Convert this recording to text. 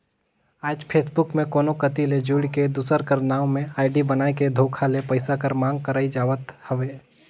आएज फेसबुक में कोनो कती ले जुइड़ के, दूसर कर नांव में आईडी बनाए के धोखा ले पइसा कर मांग करई जावत हवे